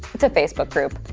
it's a facebook group.